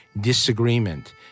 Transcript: disagreement